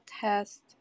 test